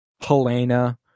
Helena